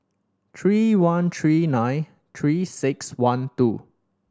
three one three nine Three Six One two